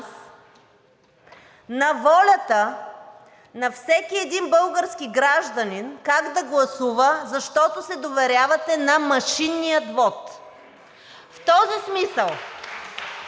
на волята на всеки един български гражданин как да гласува, защото се доверявате на машинния вот. (Ръкопляскания